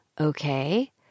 Okay